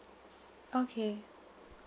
okay